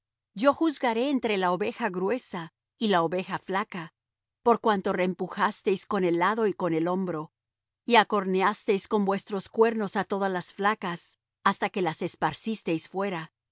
yo juzgaré entre la oveja gruesa y la oveja flaca por cuanto rempujasteis con el lado y con el hombro y acorneasteis con vuestros cuernos á todas las flacas hasta que las esparcisteis fuera